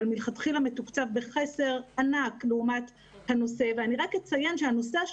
אבל מלכתחילה מתוקצב בחסר ענק לעומת הצורך בתוך הנושא.